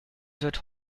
wird